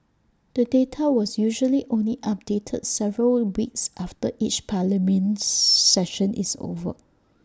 the data was usually only updated several weeks after each parliament session is over